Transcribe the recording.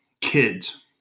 kids